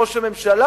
ראש הממשלה,